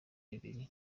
bibiri